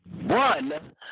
one